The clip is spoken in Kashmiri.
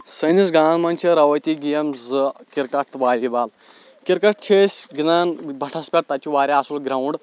سٲنِس گامَس منٛز چھِ ریوٲتی گیم زٕ کِرکٹ تہٕ والی بال کِرکٹ چھِ أسۍ گِنٛدان بٹھس پیٚٹھ تَتہِ چھُ واریاہ اَصٕل گرٛاوُنٛڈ